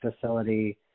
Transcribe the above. facility